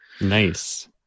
Nice